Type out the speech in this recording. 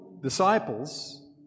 disciples